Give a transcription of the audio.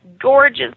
gorgeous